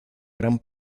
gran